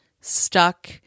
stuck